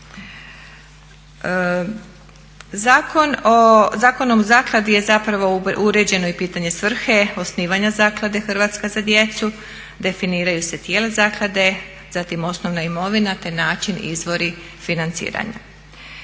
Zakonom o zakladi je zapravo uređeno i pitanje svrhe osnivanja Zaklade "Hrvatska za djecu", definiraju se tijela zaklade, zatim osnovna imovina te način i izvori financiranja.